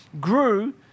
grew